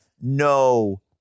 no